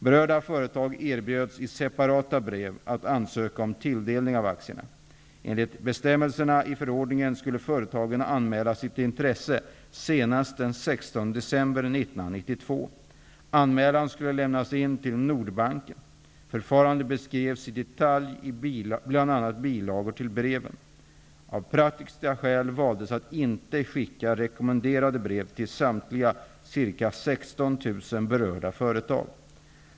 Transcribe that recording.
Berörda företag erbjöds i separata brev att ansöka om tilldelning av aktier. bilagor till breven. Av praktiska skäl valdes att inte skicka rekommenderade brev till samtliga ca 16 000 berörda företag.